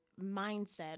mindset